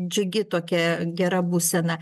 džiugi tokia gera būsena